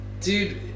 dude